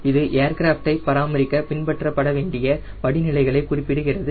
இது ஏர்கிராஃப்டை பராமரிக்க பின்பற்றவேண்டிய படிநிலைகளை குறிப்பிடுகிறது